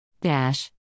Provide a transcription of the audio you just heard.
Dash